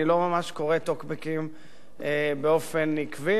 אני לא ממש קורא טוקבקים באופן עקבי.